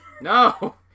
No